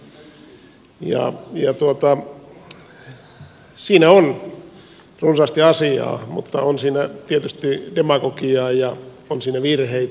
siinä on runsaasti asiaa mutta on siinä tietysti demagogiaa ja on siinä virheitäkin